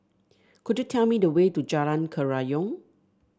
could you tell me the way to Jalan Kerayong